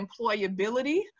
employability